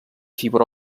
fibra